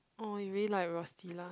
oh you really like Rosti lah